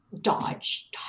dodge